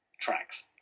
tracks